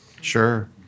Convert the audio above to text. Sure